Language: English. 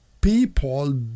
people